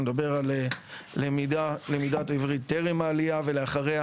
אני מדבר על למידת עברית טרם העלייה ולאחריה,